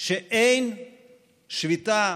שאין שביתה,